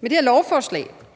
med det her lovforslag